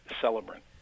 celebrant